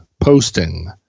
posting